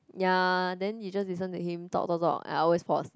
ya then you just listen to him talk talk I always fall asleep